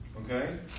Okay